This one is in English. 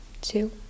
two